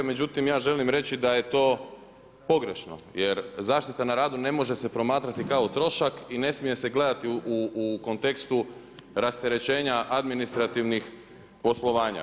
Međutim, ja želim reći da je to pogrešno jer zaštita na radu ne može se promatrati kao trošak i ne smije se gledati u kontekstu rasterećenja administrativnih poslovanja.